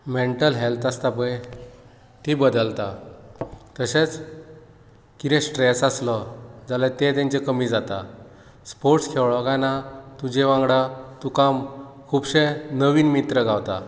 mental health आसता पय ती बदलता तशेंच कितें स्ट्रेस आसलो जाल्यार ते तेंचे कमी जाता स्पोर्ट्स खेळ्ळो कांय ना तुजे वांगडा तुका खुबशें नवीन मित्र गावता